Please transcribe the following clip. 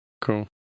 cool